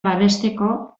babesteko